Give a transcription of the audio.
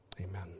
amen